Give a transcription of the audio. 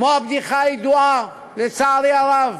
כמו הבדיחה הידועה, לצערי הרב,